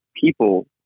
people